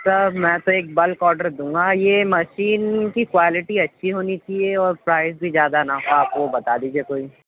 سر میں تو ایک بلک آڈر دوں گا یہ مشین کی کوالٹی اچھی ہونی چاہیے اور پرائز بھی زیادہ نہ ہو آپ وہ بتا دیجیے کوئی